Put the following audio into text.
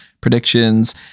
predictions